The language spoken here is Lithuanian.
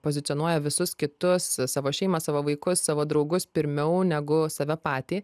pozicionuoja visus kitus savo šeimą savo vaikus savo draugus pirmiau negu save patį